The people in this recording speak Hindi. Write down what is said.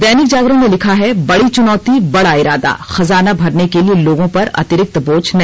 दैनिक जागरण ने लिखा है बड़ी चुनौती बड़ा इरादा खजाना भरने के लिए लोगों पर अतिरिक्त बोझ नहीं